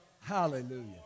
Hallelujah